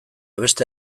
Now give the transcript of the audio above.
beste